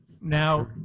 Now